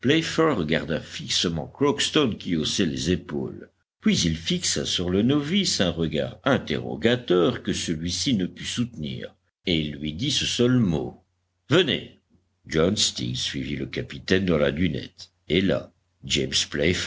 regarda fixement crockston qui haussait les épaules puis il fixa sur le novice un regard interrogateur que celui-ci ne put soutenir et il lui dit ce seul mot venez john stiggs suivit le capitaine dans la dunette et là james